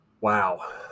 wow